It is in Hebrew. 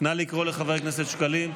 נא לקרוא לחבר הכנסת שקלים.